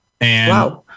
Wow